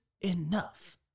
enough